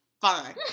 Fine